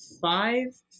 five